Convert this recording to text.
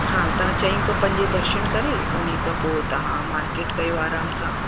हा तव्हां चईं खां पंजे दर्शन करे उन खां पोइ तव्हां मार्केट कयो आराम सां